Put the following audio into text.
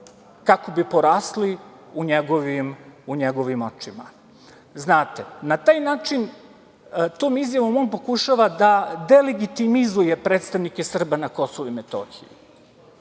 kako bi porasli u njegovim očima. Znate, na taj način, tom izjavom on pokušava da delegitimizuje predstavnike Srba na Kosovu i Metohiji.